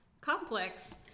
complex